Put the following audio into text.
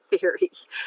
theories